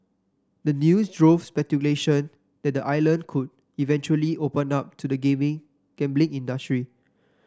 the news drove speculation that the island could eventually open up to the gambling gambling industry